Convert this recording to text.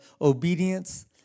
obedience